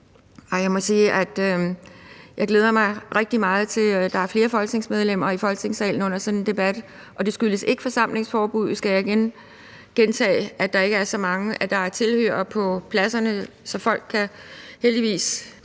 jeg glæder mig rigtig meget til, at der er flere folketingsmedlemmer i Folketingssalen under sådan en debat, og det skyldes ikke alene forsamlingsforbuddet, at der ikke er så mange, skal jeg igen gentage, også i forhold til